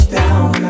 down